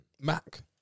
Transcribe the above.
Mac